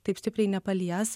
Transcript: taip stipriai nepalies